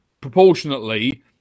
proportionately